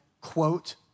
quote